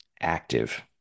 active